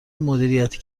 مدیریتی